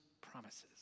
promises